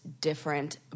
different